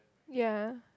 ya